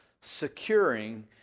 securing